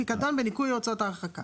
פיקדון וניכוי הוצאות הרחקה.